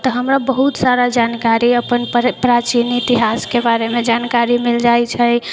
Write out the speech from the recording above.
तऽ हमरा बहुत सारा जानकारी अपन प्राचीन इतिहासके बारेमे जानकारी मिलि जाइ छै